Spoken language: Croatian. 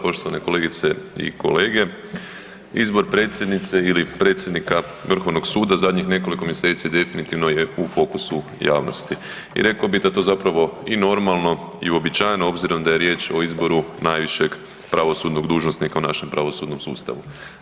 Poštovane kolegice i kolege, izbor predsjednice ili predsjednika Vrhovnog suda zadnjih nekoliko mjeseci definitivno je u fokusu javnosti i rekao bi da je to zapravo i normalno i uobičajeno obzirom da je riječ o izboru najvišeg pravosudnog dužnosnika u našem pravosudnom sustavu.